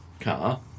car